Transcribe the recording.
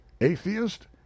atheist